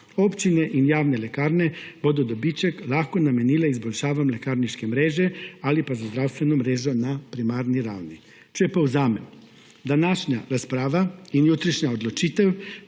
Občine in javne lekarne bodo dobiček lahko namenile izboljšavam lekarniške mreže ali pa za zdravstveno mrežo na primarni ravni. Če povzamem, današnja razprava in jutrišnja odločitev